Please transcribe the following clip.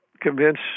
convince